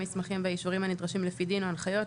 מסמכים ואישורים הנדרשים על פי דין ההנחיות,